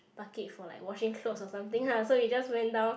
bucket for like washing clothes or something lah so we just went down